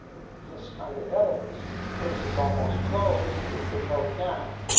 with this kind of evidence, that the case is almost closed, and we could vote now.